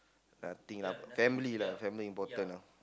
nothing lah family lah family important ah